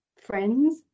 friends